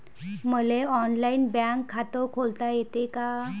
मले online bank खात खोलता येते का?